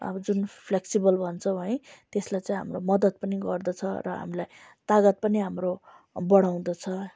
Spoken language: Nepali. अब जुन फ्लेक्सिबल भन्छौँ है त्यसलाई चाहिँ हाम्रो मद्दत पनि गर्दछ र हामीलाई तागत पनि हाम्रो बढाउँदछ